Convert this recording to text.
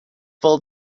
fill